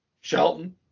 Shelton